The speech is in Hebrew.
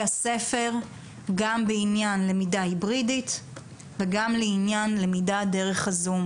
הספר גם בענין למידה היברידית וגם לענין למידה דרך הזום.